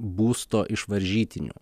būsto iš varžytinių